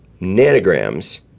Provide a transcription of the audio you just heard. nanograms